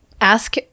ask